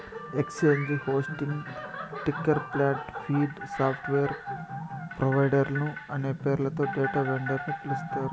exchange hosting, ticker plant, feed, software ప్రొవైడర్లు అనే పేర్లతో డేటా వెండర్స్ ని పిలుస్తారు